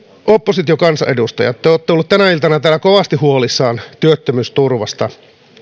oppositiokansanedustajat te olette olleet tänä iltana täällä kovasti huolissanne työttömyysturvasta